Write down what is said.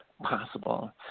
Possible